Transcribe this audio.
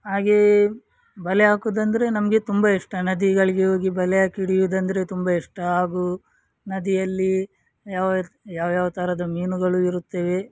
ಹಾಗೆಯೇ ಬಲೆ ಹಾಕೋದೆಂದ್ರೆ ನಮಗೆ ತುಂಬ ಇಷ್ಟ ನದಿಗಳಿಗೆ ಹೋಗಿ ಬಲೆ ಹಾಕಿ ಹಿಡಿಯುವುದೆಂದ್ರೆ ತುಂಬ ಇಷ್ಟ ಹಾಗೂ ನದಿಯಲ್ಲಿ ಯಾವ ಯಾವ್ಯಾವ ಥರದ ಮೀನುಗಳು ಇರುತ್ತವೆ